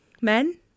men